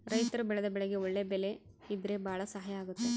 ರೈತರು ಬೆಳೆದ ಬೆಳೆಗೆ ಒಳ್ಳೆ ಬೆಲೆ ಇದ್ರೆ ಭಾಳ ಸಹಾಯ ಆಗುತ್ತೆ